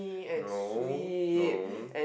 no